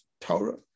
Torah